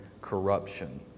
corruption